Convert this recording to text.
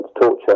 torture